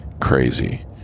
Crazy